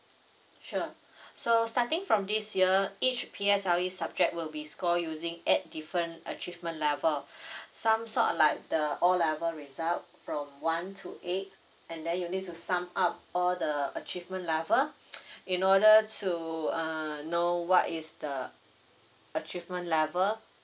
sure so starting from this year each P_S_L_E subject will be score using eight different achievement level some sort like the o level result from one to eight and then you need to sum up all the achievement level in order to uh know what is the achievement level